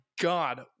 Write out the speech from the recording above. God